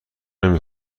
نمی